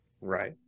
Right